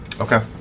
Okay